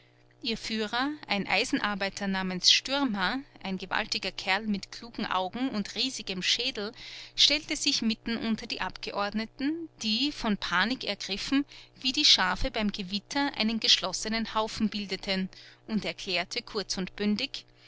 ihr führer ein eisenarbeiter namens stürmer ein gewaltiger kerl mit klugen augen und riesigem schädel stellte sich mitten unter die abgeordneten die von panik ergriffen wie die schafe beim gewitter einen geschlossenen haufen bildeten und erklärte kurz und bündig